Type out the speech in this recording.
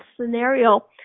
scenario